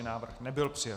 Návrh nebyl přijat.